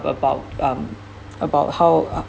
about um about how uh